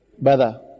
brother